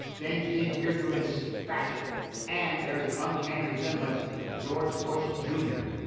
james dean appears to have been spatula-ed and bears an uncanny resemblance to george bush junior.